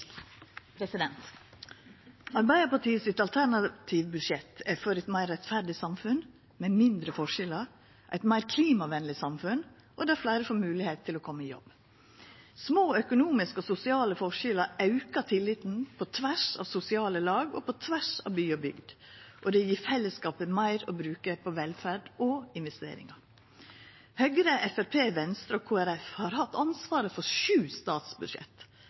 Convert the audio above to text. Arbeidarpartiet sitt alternative budsjett er for eit meir rettferdig samfunn med mindre forskjellar, eit meir klimavenleg samfunn og der fleire får moglegheit til å koma i jobb. Små økonomiske og sosiale forskjellar aukar tilliten på tvers av sosiale lag og på tvers av by og bygd, og det gjev fellesskapet meir å bruka på velferd og investeringar. Høgre, Framstegspartiet, Venstre og Kristeleg Folkeparti har hatt ansvaret for sju statsbudsjett.